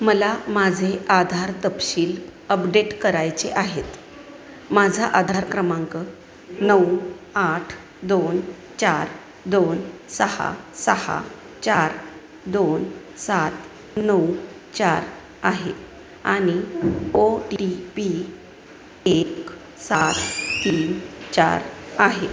मला माझे आधार तपशील अपडेट करायचे आहेत माझा आधार क्रमांक नऊ आठ दोन चार दोन सहा सहा चार दोन सात नऊ चार आहे आणि ओ टी पी एक सात तीन चार आहे